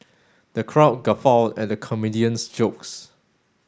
the crowd guffawed at the comedian's jokes